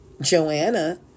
Joanna